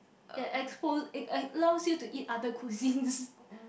ya expose eh it allows you to eat other cuisines